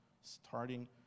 starting